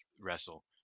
wrestle